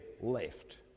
left